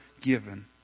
given